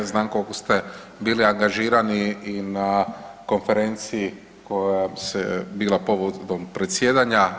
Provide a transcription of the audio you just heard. Znam koliko ste bili angažirani i na konferenciji koja je bila povodom predsjedanja.